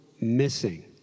missing